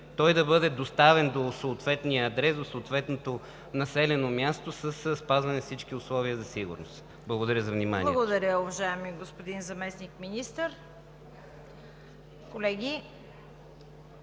той да бъде доставен до съответния адрес, до съответното населено място със спазване на всички условия за сигурност. Благодаря за вниманието. ПРЕДСЕДАТЕЛ ЦВЕТА КАРАЯНЧЕВА: Благодаря, уважаеми господин Заместник-министър. Колеги,